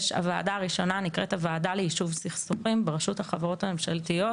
הוועדה הראשונה נקראת הוועדה ליישוב סכסוכים ברשות החברות הממשלתיות,